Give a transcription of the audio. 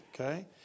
okay